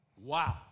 Wow